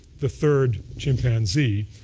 the third chimpanzee,